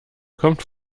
kommt